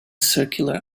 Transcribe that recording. circular